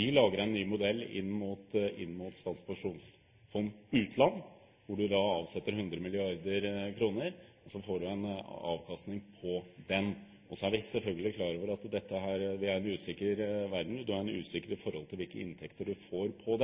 Vi lager en ny modell inn mot Statens pensjonsfond utland, hvor du avsetter 100 mrd. kr, og så får du en avkastning på det. Vi er selvfølgelig klar over at vi har en usikker verden, det er usikkerhet i forhold til hvilke inntekter du får på